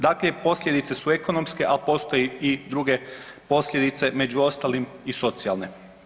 Dakle i posljedice su ekonomske ali postoje i druge posljedice među ostalim i socijalne.